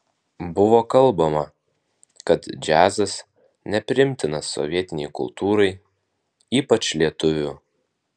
buvo kalbama kad džiazas nepriimtinas sovietinei kultūrai ypač lietuvių